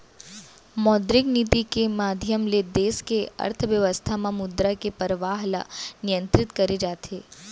मौद्रिक नीति के माधियम ले देस के अर्थबेवस्था म मुद्रा के परवाह ल नियंतरित करे जाथे